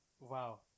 Wow